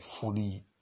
fully